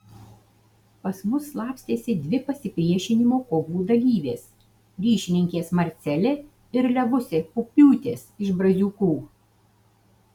pas mus slapstėsi dvi pasipriešinimo kovų dalyvės ryšininkės marcelė ir levusė pupiūtės iš braziūkų